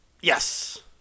Yes